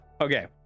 Okay